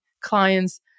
clients